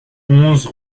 onze